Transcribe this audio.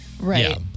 Right